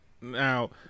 Now